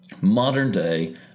modern-day